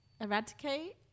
eradicate